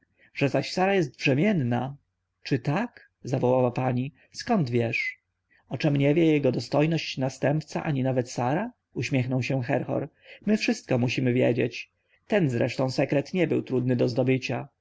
że zaś sara jest brzemienna czy tak zawołała pani skąd wiesz o czem nie wie ani jego dostojność następca ani nawet sara uśmiechnął się herhor my wszystko musimy wiedzieć ten zresztą sekret nie był trudny do zdobycia